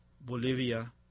Bolivia